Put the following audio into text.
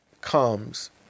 comes